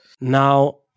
Now